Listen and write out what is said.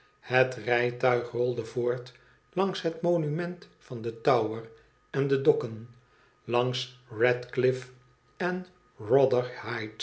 het rijtuig rolde voort langs het monument van den tower en de dokken langs ratclifife en